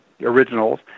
originals